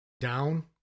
down